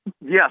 Yes